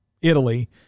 Italy